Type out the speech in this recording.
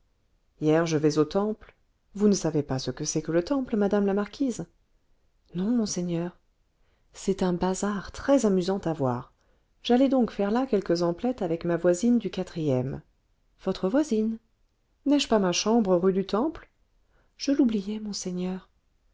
hier je vais au temple vous ne savez pas ce que c'est que le temple madame la marquise non monseigneur c'est un bazar très-amusant à voir j'allais donc faire là quelques emplettes avec ma voisine du quatrième votre voisine n'ai-je pas ma chambre rue du temple je l'oubliais monseigneur